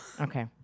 Okay